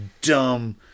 dumb